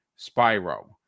Spyro